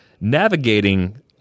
navigating